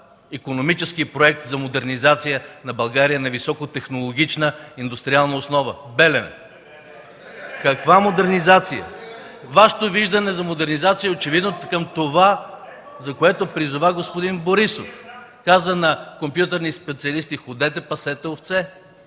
икономически проект за модернизация на България на високотехнологична индустриална основа - „Белене”?! (Смях в блока на ГЕРБ.) Каква модернизация?! Вашето виждане за модернизация очевидно е към това, към което призова господин Борисов. Каза на компютърни специалисти: „Ходете да пасете овце.